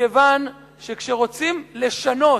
מכיוון שכשרוצים לשנות